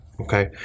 okay